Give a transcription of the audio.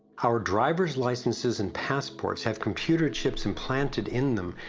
our drivers licenses and passports have computer chips implanted in them,